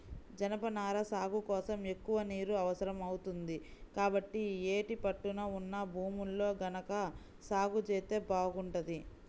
జనపనార సాగు కోసం ఎక్కువ నీరు అవసరం అవుతుంది, కాబట్టి యేటి పట్టున ఉన్న భూముల్లో గనక సాగు జేత్తే బాగుంటది